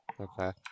okay